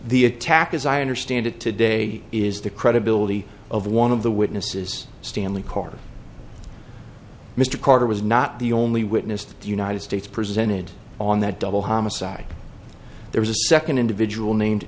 the attack as i understand it today is the credibility of one of the witnesses stanley carter mr carter was not the only witness that the united states presented on that double homicide there was a second individual named